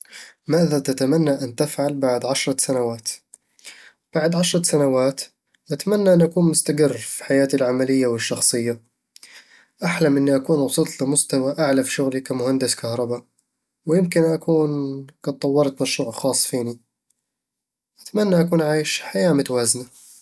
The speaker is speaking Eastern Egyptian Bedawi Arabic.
ماذا تتمنى أن تفعل بعد عشر سنوات؟ بعد عشرة سنوات، أتمنى أن أكون مستقر في حياتي العملية والشخصية أحلم أني أكون وصلت لمستوى أعلى في شغلي كـ مهندس كهربا، ويمكن أكون قد طورت مشروع خاص فيني أتمنى أكون عايش حياة متوازنة